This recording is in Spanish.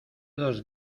dos